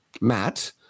Matt